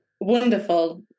wonderful